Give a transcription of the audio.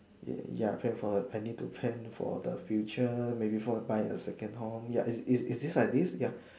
ya ya plan for planning to plan for the future maybe for buy a second home ya is it like this ya